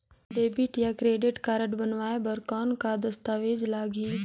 Debit या credit card बनवाय बर कौन का दस्तावेज लगही?